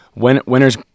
Winners